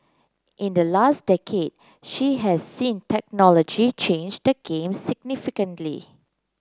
in the last decade she has seen technology change the game significantly